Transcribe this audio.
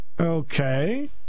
okay